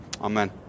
Amen